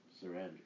surrender